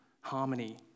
harmony